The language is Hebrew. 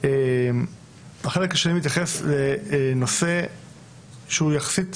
החלק השני מתייחס לנושא שהוא יחסית